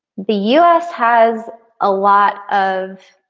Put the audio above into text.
the us has a lot of